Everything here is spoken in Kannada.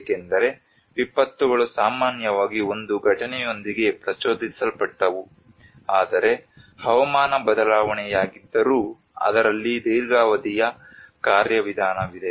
ಏಕೆಂದರೆ ವಿಪತ್ತುಗಳು ಸಾಮಾನ್ಯವಾಗಿ ಒಂದು ಘಟನೆಯೊಂದಿಗೆ ಪ್ರಚೋದಿಸಲ್ಪಟ್ಟವು ಆದರೆ ಹವಾಮಾನ ಬದಲಾವಣೆಯಾಗಿದ್ದರೂ ಅದರಲ್ಲಿ ದೀರ್ಘಾವಧಿಯ ಕಾರ್ಯವಿಧಾನವಿದೆ